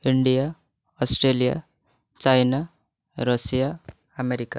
India Australia China Russia America